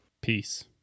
Peace